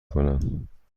کنم